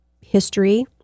history